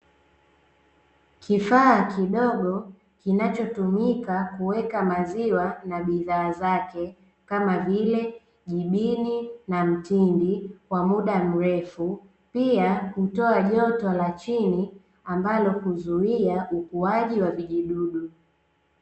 Kifaa kidogo kinachotumika kuweka maziwa na bidhaa zake, kama vile jibini na mtindi kwa muda mrefu pia kutoa joto la chini ambalo kuzuia ukuaji wa vijidudu .